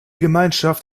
gemeinschaft